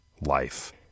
life